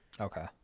Okay